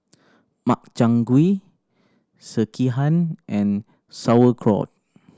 Makchang Gui Sekihan and Sauerkraut